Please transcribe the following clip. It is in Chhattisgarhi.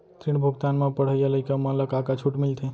ऋण भुगतान म पढ़इया लइका मन ला का का छूट मिलथे?